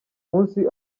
munsi